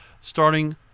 starting